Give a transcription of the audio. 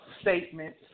statement